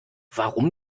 warum